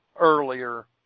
earlier